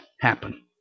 happen